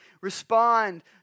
respond